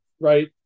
right